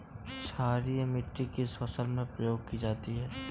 क्षारीय मिट्टी किस फसल में प्रयोग की जाती है?